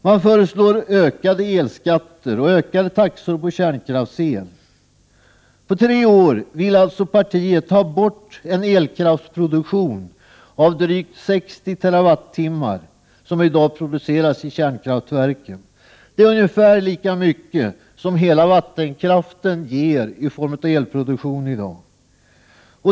Man föreslår ökade elskatter och ökade taxor på kärnkraftsel. På tre år vill alltså partiet ta bort den elkraftsproduktion av drygt 60 TWh som i dag produceras i kärnkraftverken. Det är ungefär lika mycket som hela vattenkraften i dag ger i form av elproduktion.